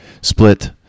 split